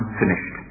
finished